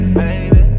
baby